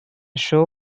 show